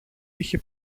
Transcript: είχε